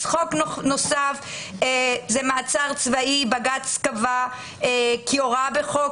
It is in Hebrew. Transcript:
חוק נוסף הוא מעצר צבאי בג"ץ קבע כי הוראה בחוק,